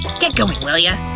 get goin' will ya?